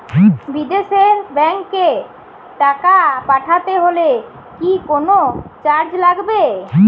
বিদেশের ব্যাংক এ টাকা পাঠাতে হলে কি কোনো চার্জ লাগবে?